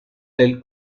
del